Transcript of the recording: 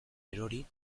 erori